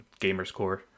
GamerScore